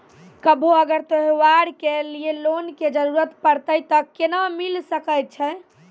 कभो अगर त्योहार के लिए लोन के जरूरत परतै तऽ केना मिल सकै छै?